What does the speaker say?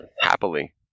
happily